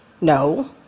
No